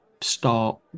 start